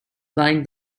flying